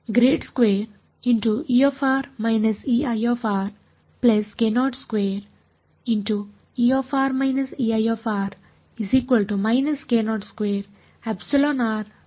ಆದ್ದರಿಂದ ನನ್ನಲ್ಲಿ ಇದೆ